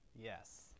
yes